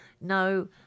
no